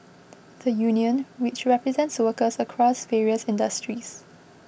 the union which represents workers across various industries